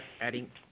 adding